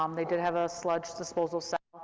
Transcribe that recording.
um they did have a sludge disposal site,